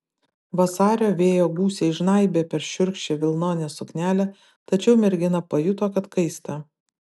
vasario vėjo gūsiai žnaibė per šiurkščią vilnonę suknelę tačiau mergina pajuto kad kaista